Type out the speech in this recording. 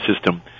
system